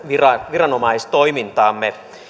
viranomaistoimintaamme